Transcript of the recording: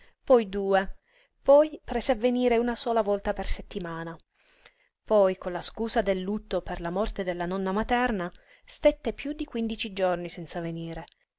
poi due poi prese a venire una sola volta per settimana poi con la scusa del lutto per la morte della nonna materna stette piú di quindici giorni senza venire